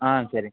ஆ சரி